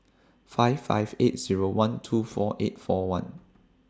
five five eight Zero one two four eight four one